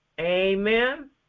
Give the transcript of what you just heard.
Amen